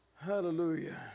Hallelujah